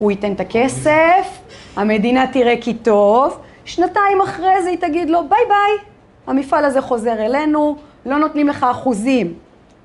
הוא ייתן את הכסף, המדינה תראה כי טוב, שנתיים אחרי זה היא תגיד לו ביי ביי! המפעל הזה חוזר אלינו, לא נותנים לך אחוזים.